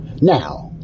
now